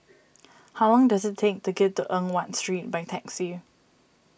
how long does it take to get to Eng Watt Street by taxi